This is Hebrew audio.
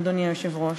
אדוני היושב-ראש,